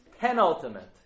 Penultimate